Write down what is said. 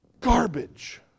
Garbage